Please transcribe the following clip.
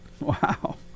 Wow